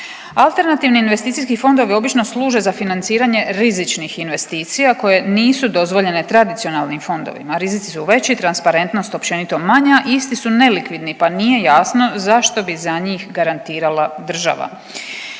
Alternativni investicijski fondovi obično služe za financiranje rizičnih investicija koje nisu dozvoljene tradicionalnim fondovima. Rizici su veći, transparentnost općenito manja. Isti su nelikvidni pa nije jasno zašto bi za njih garantirala država.